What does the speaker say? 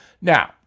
Now